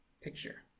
Picture